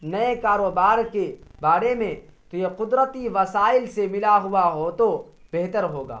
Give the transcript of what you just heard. نئے کاروبار کے بارے میں تو یہ قدرتی وسائل سے ملا ہوا ہو تو بہتر ہوگا